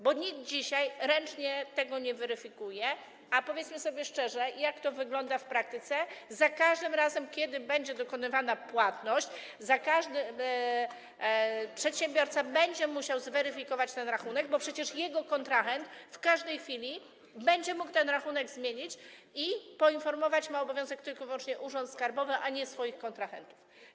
Bo dzisiaj nikt ręcznie tego nie weryfikuje, a powiedzmy sobie szczerze, jak to wygląda w praktyce - za każdym razem, kiedy będzie dokonywana płatność, przedsiębiorca będzie musiał zweryfikować ten rachunek, bo przecież jego kontrahent w każdej chwili będzie mógł ten rachunek zmienić i ma obowiązek poinformować tylko i wyłącznie urząd skarbowy, a nie swoich kontrahentów.